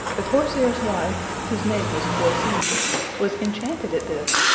the corsair's wife, whose name was corsine, was enchanted at this,